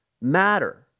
matter